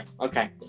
Okay